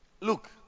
Look